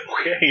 okay